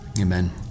amen